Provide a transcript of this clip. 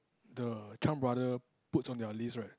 the Chan-Brother puts on their list right